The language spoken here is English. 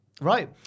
Right